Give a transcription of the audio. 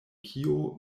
kio